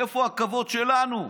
איפה הכבוד שלנו?